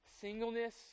singleness